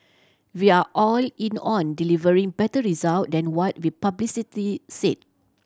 we are all in on delivering better result than what we've publicity said